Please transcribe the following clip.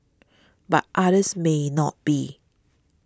but others may not be